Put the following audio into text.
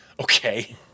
okay